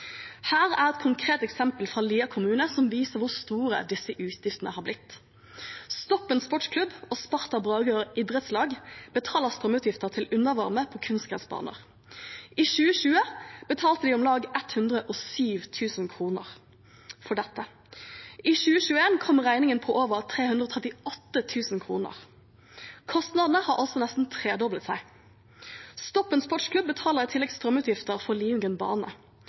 Her er et konkret eksempel fra Lier kommune som viser hvor store disse utgiftene har blitt: Stoppen Sportsklubb og Sparta/Bragerøen idrettslag betaler strømutgifter til undervarme på kunstgressbaner. I 2020 betalte de om lag 107 000 kr for dette. I 2021 kom regningen på over 338 000 kr. Kostnadene har altså nesten tredoblet seg. Stoppen Sportsklubb betaler i tillegg strømutgifter for